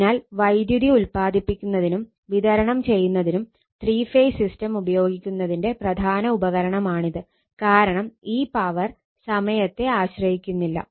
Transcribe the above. അതിനാൽ വൈദ്യുതി ഉൽപാദിപ്പിക്കുന്നതിനും വിതരണം ചെയ്യുന്നതിനും ത്രീ ഫേസ് സിസ്റ്റം ഉപയോഗിക്കുന്നതിന്റെ പ്രധാന ഉപകാരമാണിത് കാരണം ഈ പവർ സമയത്തെ ആശ്രയിക്കുന്നില്ല